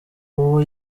uwo